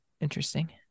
interesting